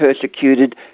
persecuted